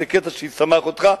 זה קטע שישמח אותך.